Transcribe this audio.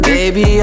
Baby